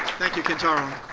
thank you, kintara.